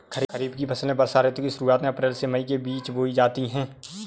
खरीफ की फसलें वर्षा ऋतु की शुरुआत में अप्रैल से मई के बीच बोई जाती हैं